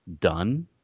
done